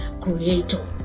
Creator